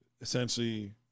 essentially